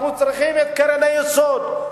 אנחנו צריכים את קרן היסוד,